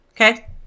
Okay